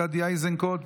גדי איזנקוט,